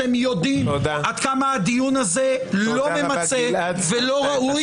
אתם יודעים עד כמה הדיון הזה לא ממצה ולא ראוי.